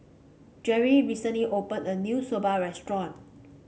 Jerri recently opened a new Soba restaurant